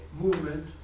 movement